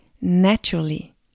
naturally